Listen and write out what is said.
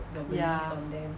ya